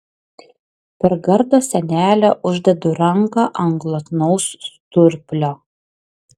per gardo sienelę uždedu ranką ant glotnaus sturplio